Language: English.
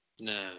No